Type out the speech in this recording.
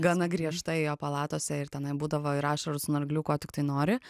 gana griežtai jo palatose ir tenai būdavo ir ašarų snarglių ko tiktai nori